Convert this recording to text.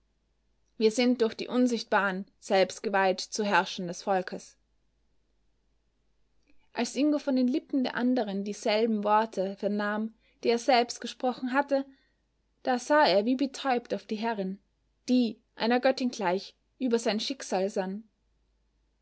wir sind durch die unsichtbaren selbst geweiht zu herrschern des volkes als ingo von den lippen der anderen dieselben worte vernahm die er selbst gesprochen hatte da sah er wie betäubt auf die herrin die einer göttin gleich über sein schicksal sann